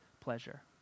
pleasure